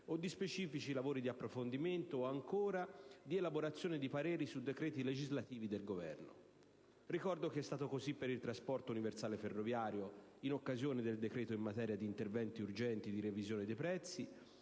o di specifici lavori di approfondimento o, ancora, di elaborazione di pareri su decreti legislativi del Governo. Ricordo che è stato così per il trasporto universale ferroviario, in occasione dell'esame del decreto in materia di interventi urgenti di revisione dei prezzi,